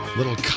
little